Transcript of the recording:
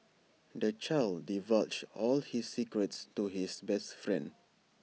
the child divulged all his secrets to his best friend